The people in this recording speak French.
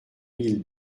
mille